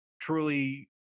truly